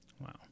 wow